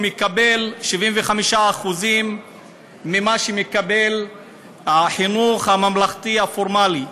מקבל 75% ממה שמקבל החינוך הממלכתי הפורמלי.